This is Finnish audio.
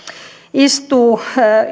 istuu